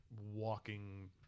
walking